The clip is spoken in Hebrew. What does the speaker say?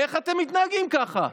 איך אתם מתנהגים ככה?